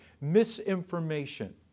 misinformation